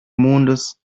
mondes